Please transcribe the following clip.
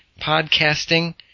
podcasting